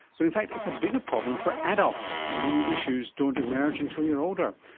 but in fact it's a bigger problem for adults and many issues don't emerge and till you're older.